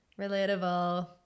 Relatable